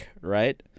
right